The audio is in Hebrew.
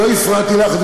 לא הפרעתי לך.